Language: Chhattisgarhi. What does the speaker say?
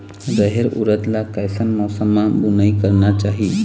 रहेर उरद ला कैसन मौसम मा बुनई करना चाही?